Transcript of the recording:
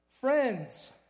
Friends